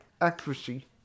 accuracy